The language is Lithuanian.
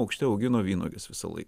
aukšte augino vynuoges visąlaik